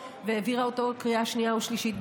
והעבירה אותו בוועדה לקריאה שנייה ושלישית,